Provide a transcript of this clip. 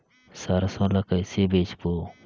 सरसो ला कइसे बेचबो?